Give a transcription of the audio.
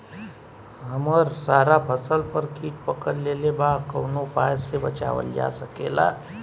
हमर सारा फसल पर कीट पकड़ लेले बा कवनो उपाय से बचावल जा सकेला?